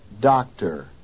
doctor